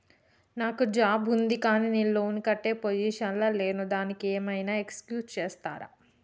నాకు జాబ్ ఉంది కానీ నేను లోన్ కట్టే పొజిషన్ లా లేను దానికి ఏం ఐనా ఎక్స్క్యూజ్ చేస్తరా?